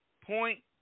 point